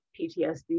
PTSD